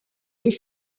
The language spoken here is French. deux